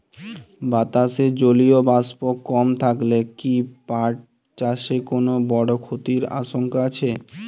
বাতাসে জলীয় বাষ্প কম থাকলে কি পাট চাষে কোনো বড় ক্ষতির আশঙ্কা আছে?